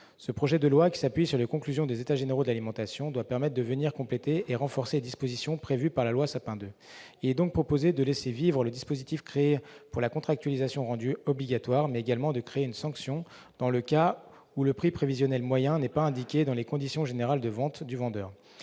de la loi Sapin II. S'appuyant sur les conclusions des États généraux de l'alimentation, il doit compléter et renforcer les dispositions de la loi précitée. Il est donc proposé de laisser vivre le dispositif instauré pour la contractualisation rendue obligatoire, mais également de créer une sanction dans le cas où le prix prévisionnel moyen n'est pas indiqué dans les conditions générales de vente. Nous